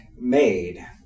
made